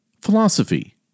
philosophy